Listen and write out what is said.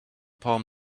palm